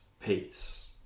peace